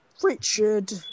Richard